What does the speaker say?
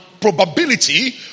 probability